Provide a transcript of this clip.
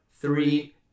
three